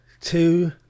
two